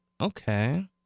okay